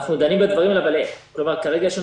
אנחנו דנים בדברים האלה אבל כרגע יש לנו